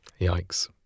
yikes